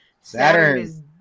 Saturn